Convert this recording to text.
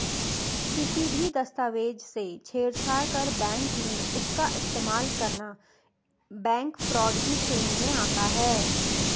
किसी भी दस्तावेज से छेड़छाड़ कर बैंक में उसका इस्तेमाल करना बैंक फ्रॉड की श्रेणी में आता है